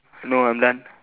no I'm done